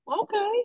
Okay